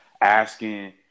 Asking